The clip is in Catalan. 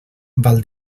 val